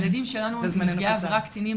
ילדים שלנו-נפגעי עבירה קטינים,